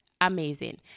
amazing